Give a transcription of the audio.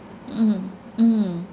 mm mm